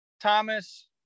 Thomas